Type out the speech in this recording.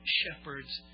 shepherd's